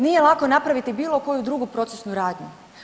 Nije lako napraviti bilo koju drugu procesnu radnju.